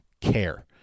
care